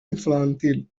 infantil